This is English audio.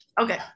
Okay